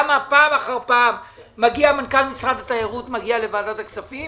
למה פעם אחר פעם מגיע מנכ"ל משרד התיירות לוועדת הכספים